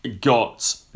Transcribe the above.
got